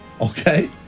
Okay